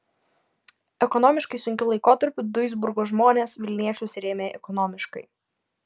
ekonomiškai sunkiu laikotarpiu duisburgo žmonės vilniečius rėmė ekonomiškai